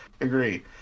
agree